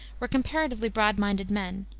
were comparatively broad-minded men.